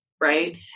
right